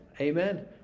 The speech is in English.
Amen